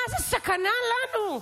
מה, זה סכנה לנו.